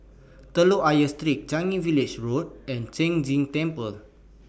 Telok Ayer Street Changi Village Road and Sheng Jin Temple